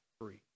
free